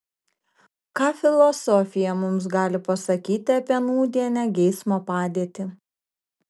ką filosofija mums gali pasakyti apie nūdienę geismo padėtį